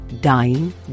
dying